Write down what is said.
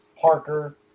Parker